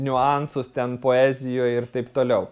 niuansus ten poezijoje ir taip toliau